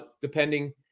depending